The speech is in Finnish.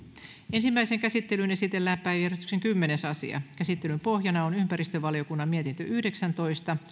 ensimmäiseen käsittelyyn esitellään päiväjärjestyksen kymmenes asia käsittelyn pohjana on ympäristövaliokunnan mietintö yhdeksäntoista